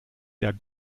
der